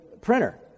printer